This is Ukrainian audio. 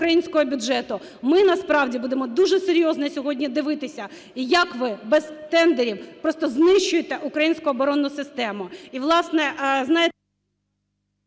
Ми насправді будемо дуже серйозно сьогодні дивитися як ви без тендерів просто знищуєте українську оборонну систему.